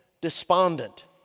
despondent